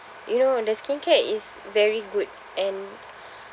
you know the skincare is very good and